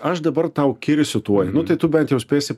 aš dabar tau kirsiu tuoj nu tai tu bent jau spėsi